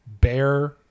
Bear